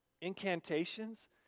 incantations